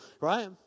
right